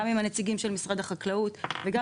גם עם הנציגים של משרד החקלאות וגם